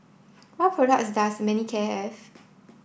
what products does Manicare have